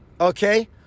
Okay